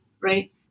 right